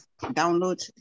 download